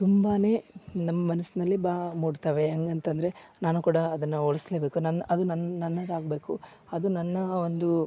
ತುಂಬಾನೇ ನಮ್ಮ ಮನಸ್ನಲ್ಲಿ ಬಾ ಮೂಡ್ತವೆ ಹಂಗಂತದರೆ ನಾನು ಕೂಡ ಅದನ್ನ ಓಡಿಸಲೇಬೇಕು ನನ್ನ ಅದು ನನ್ನ ನನಗೆ ಆಗಬೇಕು ಅದು ನನ್ನ ಒಂದು